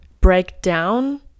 breakdown